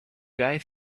guy